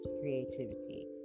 creativity